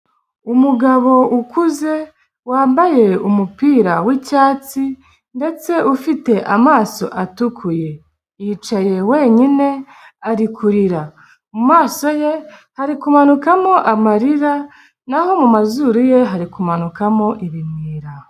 Umugabo ukuze wambaye umupira w'icyatsi ndetse ufite amaso atukuye yicaye wenyine ari kurira mumaso ye hari kumanukamo amarira naho mu mazuru ye hari kumanukamo ibimwira.